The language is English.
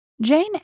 Jane